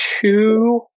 two